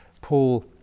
Paul